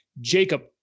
Jacob